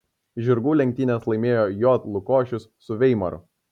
žirgų lenktynes laimėjo j lukošius su veimaru